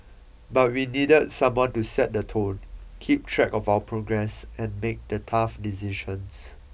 but we needed someone to set the tone keep track of our progress and make the tough decisions